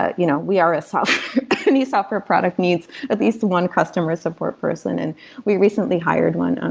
ah you know we are a so any software product needs at least one customer support person, and we recently hired one.